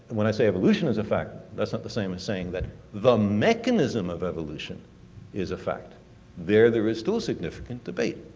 when i say evolution is a fact, that's not the same as saying that the mechanism of evolution is a fact. there, there are still significant debate